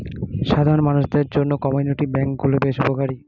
সাধারণ মানুষদের জন্য কমিউনিটি ব্যাঙ্ক গুলো বেশ উপকারী